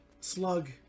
slug